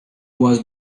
was